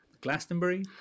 glastonbury